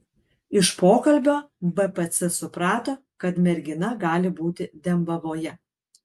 iš pokalbio bpc suprato kad mergina gali būti dembavoje